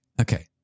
Okay